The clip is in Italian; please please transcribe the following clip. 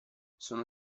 sono